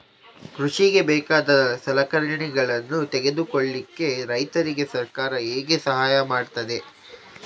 ಕೃಷಿಗೆ ಬೇಕಾದ ಸಲಕರಣೆಗಳನ್ನು ತೆಗೆದುಕೊಳ್ಳಿಕೆ ರೈತರಿಗೆ ಸರ್ಕಾರ ಹೇಗೆ ಸಹಾಯ ಮಾಡ್ತದೆ?